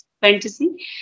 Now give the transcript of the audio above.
fantasy